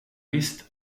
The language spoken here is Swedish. visst